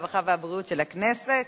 הרווחה והבריאות של הכנסת